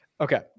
Okay